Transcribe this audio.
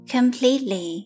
Completely